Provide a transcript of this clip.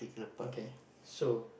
okay so